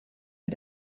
mit